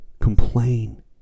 complain